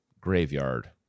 graveyard